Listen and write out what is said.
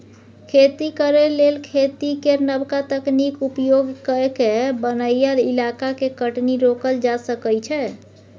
खेती करे लेल खेती केर नबका तकनीक उपयोग कए कय बनैया इलाका के कटनी रोकल जा सकइ छै